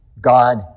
God